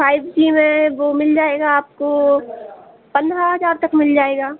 five G में वह मिल जाएगा आपको पंद्रह हज़ार तक मिल जाएगा